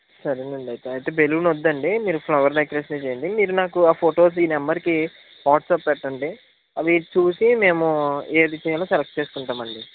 సరే అండి అయితే అయితే బెలూన్ వద్దండి మీరు ఫ్లవర్ డెకరేషన్ చేయండి మీరు నాకు ఆ ఫొటోస్ ఈ నెంబర్కి వాట్సాప్ పెట్టండి అవి చూసి మేము ఏది చేయాలో సెలెక్ట్ చేసుకుంటాం అండి